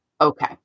okay